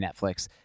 Netflix